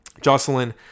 Jocelyn